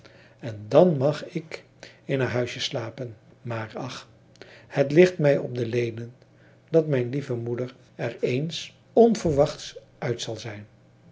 en dan mag ik in haar huisje slapen maar ach het ligt mij op de leden dat mijn lieve moeder er eens onverwachts uit zal zijn